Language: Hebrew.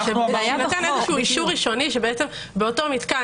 יש כאן איזה אישור ראשוני שבאותו מתקן